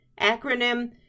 acronym